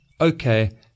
okay